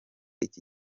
iki